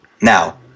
Now